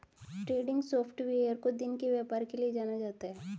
trending software को दिन के व्यापार के लिये जाना जाता है